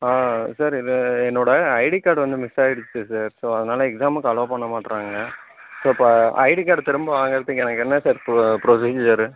sir இது என்னோடய ID card வந்து மிஸ் ஆகிடுச்சு சார் ஸோ அதனால் எக்ஸாமுக்கு அலோவ் பண்ண மாட்டுறாங்க ஸோ இப்போ ஐடி கார்டு திரும்ப வாங்குறதுக்கு எனக்கு என்ன சார் ப்ரொ ப்ரொசீஜரு